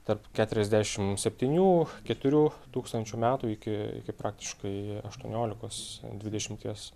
tarp keturiasdešimt septynių keturių tūkstančių metų iki iki praktiškai aštuoniolikos dvidešimties